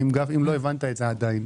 אם לא הבנת את זה עדיין,